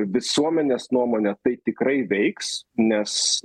visuomenės nuomonė tai tikrai veiks nes